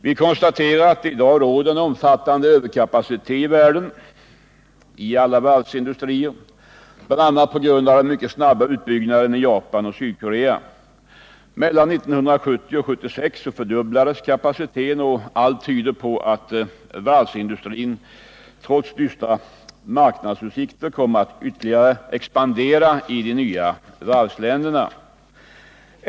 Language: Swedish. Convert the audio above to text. Vi konstaterar att det i dag råder en omfattande överkapacitet i världen inom alla varvsindustrier, bl.a. på grund av den mycket snabba utbyggnaden av varvsindustrin i Japan och Sydkorea. Mellan 1970 och 1976 fördubblades kapaciteten, och allt tyder på att varvsindustrin trots dystra marknadsutsikter kommer att ytterligare expandera i de nya varvsländerna.